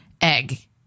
egg